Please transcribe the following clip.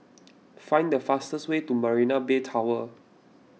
find the fastest way to Marina Bay Tower